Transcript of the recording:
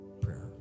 prayer